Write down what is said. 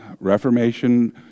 Reformation